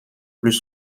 plus